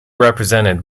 represented